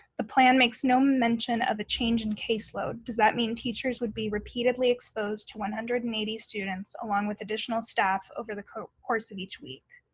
the plan makes no mention of a change in case load. does that mean teachers will be repeatedly exposed to one hundred and eighty students along with additional staff over the course of each week?